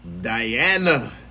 Diana